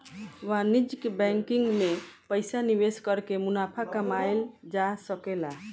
वाणिज्यिक बैंकिंग में पइसा निवेश कर के मुनाफा कमायेल जा सकेला